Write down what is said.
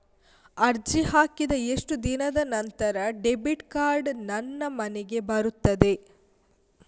ಅರ್ಜಿ ಹಾಕಿದ ಎಷ್ಟು ದಿನದ ನಂತರ ಡೆಬಿಟ್ ಕಾರ್ಡ್ ನನ್ನ ಮನೆಗೆ ಬರುತ್ತದೆ?